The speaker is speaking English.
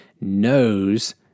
knows